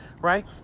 right